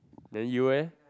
then you eh